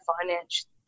financial